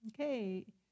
Okay